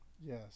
Yes